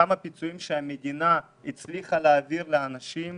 אותם הפיצויים שהמדינה הצליחה להעביר לאנשים,